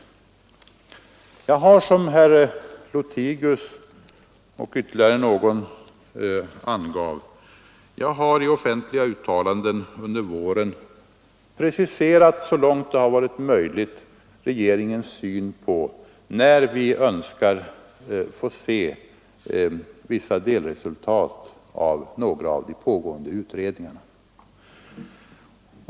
Jag har, som bl.a. herr Lothigius angav, i offentliga uttalanden under våren så långt det varit möjligt preciserat regeringens syn på när det vore önskvärt se vissa delresultat av några av de pågående utredningarna.